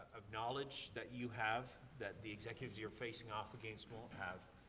of knowledge that you have that the executives you're facing off against won't have,